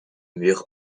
mur